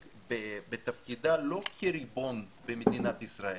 בתפקידה לא כריבון במדינת ישראל,